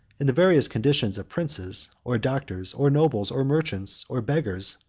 in the various conditions of princes, or doctors, or nobles, or merchants, or beggars,